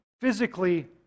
physically